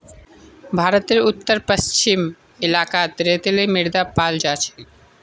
भारतेर उत्तर पश्चिम इलाकात रेतीली मृदा पाल जा छेक